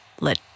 let